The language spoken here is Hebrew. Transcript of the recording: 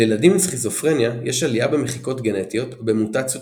לילדים עם סכיזופרניה יש עלייה במחיקות גנטיות או במוטציות